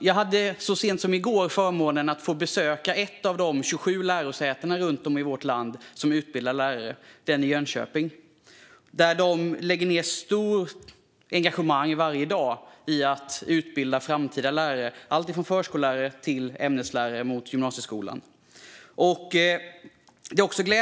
Jag hade så sent som i går förmånen att besöka ett av de 27 lärosäten runt om i vårt land som utbildar lärare, det i Jönköping. Där lägger de varje dag stort engagemang på att utbilda framtida lärare, allt från förskollärare till ämneslärare i gymnasieskolan.